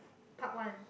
part one